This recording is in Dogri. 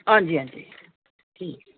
हां जी हां जी ठीक